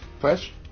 fresh